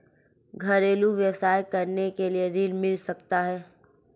घरेलू व्यवसाय करने के लिए ऋण मिल सकता है?